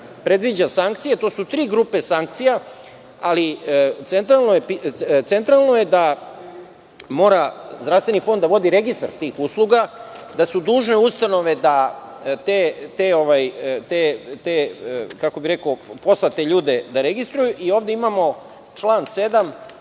predviđa sankcije, to su tri grupe sankcija, ali centralno je da mora Zdravstveni fond da vodi registar tih usluga, da su dužne ustanove da te, kako bih rekao, poslate ljude, da registruju i onda imamo član 7.